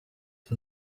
for